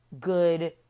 good